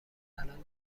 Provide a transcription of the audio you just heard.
الان